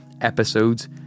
episodes